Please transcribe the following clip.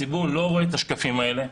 הציבור לא רואה את השקפים האלה.